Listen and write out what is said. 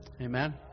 Amen